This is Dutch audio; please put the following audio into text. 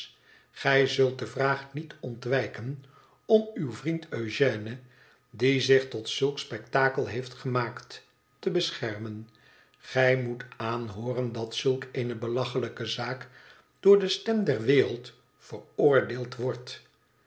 gij zult de vraag niet ontwijken om uw vriend eugène die zich tot zulk spectakel heeft gemaakt te beschermen gij moetaanhooren dat zulk eene belachelijke zaak door de stem der wereld veroordeeld wordt